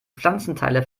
pflanzenteile